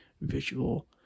visual